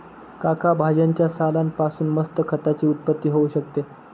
काका भाज्यांच्या सालान पासून मस्त खताची उत्पत्ती होऊ शकते